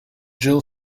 jill